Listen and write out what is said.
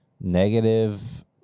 negative